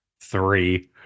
three